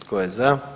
Tko je za?